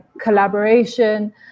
collaboration